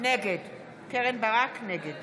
נגד ניר ברקת, נגד